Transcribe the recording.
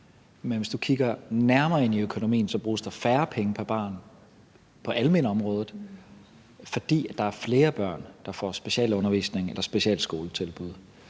Men hvis du kigger nærmere ind i økonomien, bruges der færre penge pr. barn på almenområdet, fordi der er flere børn, der får specialundervisning eller specialskoletilbud.